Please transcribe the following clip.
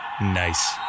Nice